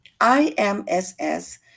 IMSS